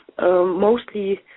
mostly